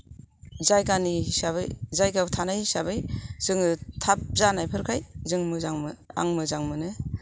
जायगानि हिसाबै जायगायाव थानाय हिसाबै जोङो थाब जानायफोरखाय जों मोजां मोनो आं मोजां मोनो